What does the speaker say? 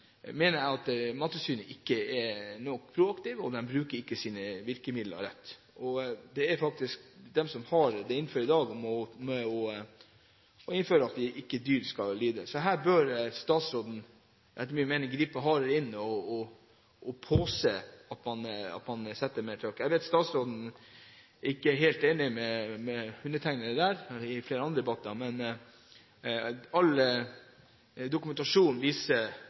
at Mattilsynet ikke er nok proaktiv, og de bruker ikke sine virkemidler rett. Det er faktisk de som i dag har ansvaret for at dyr ikke skal lide. Så her bør statsråden etter min mening gripe hardere inn og påse at man setter mer trykk. Jeg vet at statsråden ikke har vært helt enig med meg der i flere andre debatter, men all dokumentasjon viser